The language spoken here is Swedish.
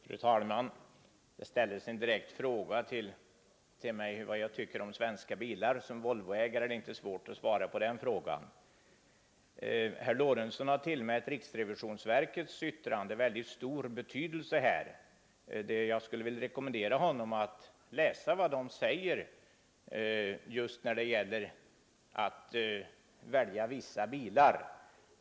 Fru talman! Det ställdes en direkt fråga till mig om vad jag tycker om svenska bilar. Som Volvoägare har jag inte svårt att svara på den frågan. Herr Lorentzon har tillmätt riksrevisionsverkets yttrande väldigt stor betydelse. Jag vill då rekommendera honom att l vad verket säger just när det gäller att välja vissa bilar.